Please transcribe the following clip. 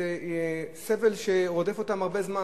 זה סבל שרודף אותם הרבה זמן.